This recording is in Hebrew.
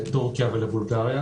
לטורקיה ולבולגריה.